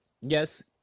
Yes